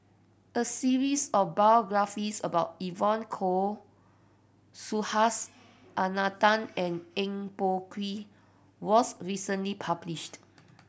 a series of biographies about Evon Kow Subhas Anandan and Eng Boh Kee was recently published